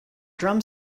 drum